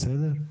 בסדר?